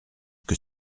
que